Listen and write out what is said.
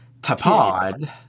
TAPOD